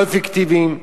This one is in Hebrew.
לא אפקטיביים,